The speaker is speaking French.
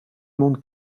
monde